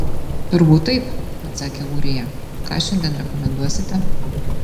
turbūt taip atsakė ūrija ką šiandien rekomenduosite